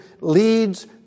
leads